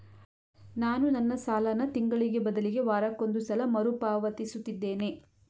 ನಾನು ನನ್ನ ಸಾಲನ ತಿಂಗಳಿಗೆ ಬದಲಿಗೆ ವಾರಕ್ಕೊಂದು ಸಲ ಮರುಪಾವತಿಸುತ್ತಿದ್ದೇನೆ